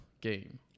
game